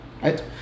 right